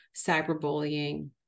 cyberbullying